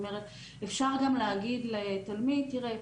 זאת אומרת אפשר גם להגיד לתלמיד: תראה,